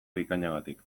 bikainagatik